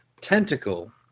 tentacle